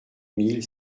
mille